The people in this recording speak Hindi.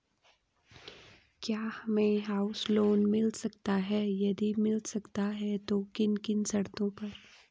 क्या हमें हाउस लोन मिल सकता है यदि मिल सकता है तो किन किन शर्तों पर?